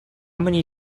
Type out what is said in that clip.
many